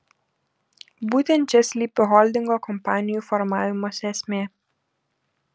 būtent čia slypi holdingo kompanijų formavimosi esmė